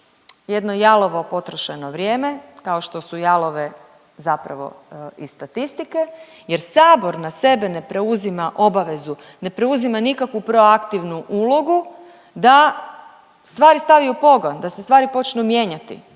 jedno jalovo potrošeno vrijeme kao što su jalove zapravo i statistike jer Sabor na sebe ne preuzima obavezu, ne preuzima nikakvu proaktivnu ulogu da stvari stavi u pogon, da se stvari počnu mijenjati